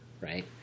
right